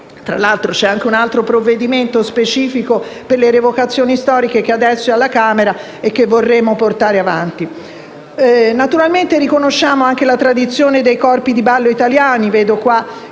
Tra l'altro c'è anche un altro provvedimento specifico sulle rievocazioni storiche che è all'esame della Camera e che vorremmo portare avanti. Naturalmente riconosciamo anche la tradizione dei corpi di ballo italiani (vedo il